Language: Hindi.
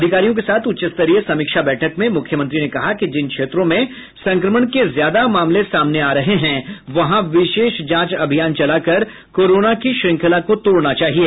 अधिकारियों के साथ उच्च स्तरीय समीक्षा बैठक में मुख्यमंत्री ने कहा कि जिन क्षेत्रों में संक्रमण के ज्यादा मामले सामने आ रहे हैं वहां विशेष जांच अभियान चलाकर कोरोना की श्रंखला को तोड़ना चाहिए